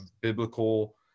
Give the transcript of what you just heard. biblical